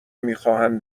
میخواهند